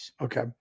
Okay